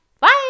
Bye